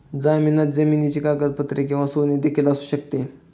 जामिनात जमिनीची कागदपत्रे किंवा सोने देखील असू शकते